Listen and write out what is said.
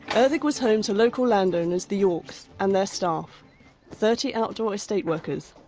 erddig was home to local landowners, the yorks, and their staff thirty outdoor estate workers,